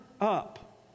up